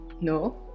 no